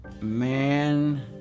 Man